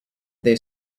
they